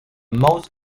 most